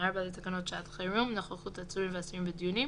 4 לתקנות שעת חירום (נוכחות עצורים ואסירים בדיונים),